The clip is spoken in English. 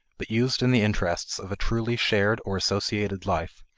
but used in the interests of a truly shared or associated life,